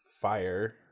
fire